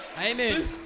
Amen